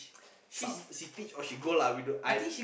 some she teach or she go lah we don't I'm